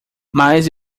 mas